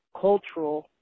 cultural